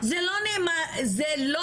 זה לא